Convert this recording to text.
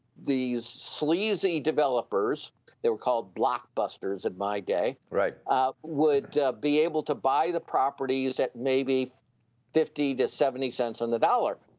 these sleazy developers that were called blockbusters in my day, ah would be able to buy the properties at maybe fifty to seventy cents on the dollar.